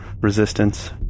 resistance